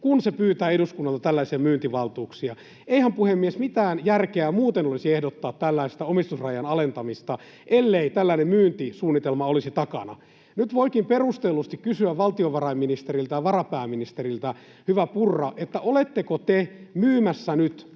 kun se pyytää eduskunnalta tällaiseen myyntivaltuuksia. Eihän, puhemies, mitään järkeä muuten olisi ehdottaa tällaista omistusrajan alentamista, ellei tällainen myyntisuunnitelma olisi takana. Nyt voikin perustellusti kysyä valtiovarainministeriltä ja varapääministeriltä: Hyvä Purra, oletteko te myymässä nyt